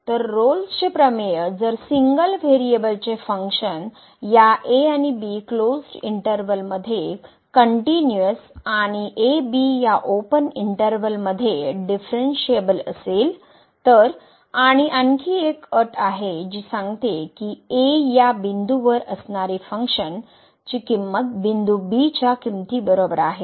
तर रोल्सचे प्रमेय जर सिंगल व्हेरिएबलचे फंक्शन या ab क्लोजड इंटरवल मध्ये कन्नटीनुअस आणि abया ओपन इंटर्वल मध्ये डिफरेंशियेबल असेल तर आणि आणखी एक अट आहे जी सांगते की a या बिंदूवर असणारी फंक्शन ची किमंत बिंदू b च्या किमती बरोबर आहे